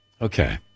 Okay